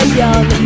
young